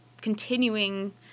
continuing